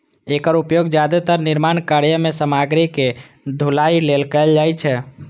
एकर उपयोग जादेतर निर्माण कार्य मे सामग्रीक ढुलाइ लेल कैल जाइ छै